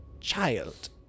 Child